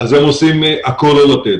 הם עושים הכול כדי לא לתת.